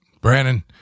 Brandon